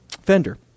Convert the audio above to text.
fender